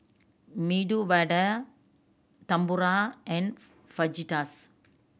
Medu Vada Tempura and Fajitas